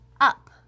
Up